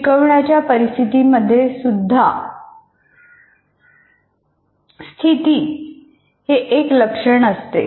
शिकवण्याच्या परिस्थितीमध्ये स्थिती हेसुद्धा एक लक्षण असते